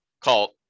call